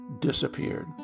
disappeared